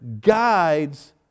guides